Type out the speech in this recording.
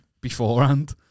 beforehand